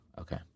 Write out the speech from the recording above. Okay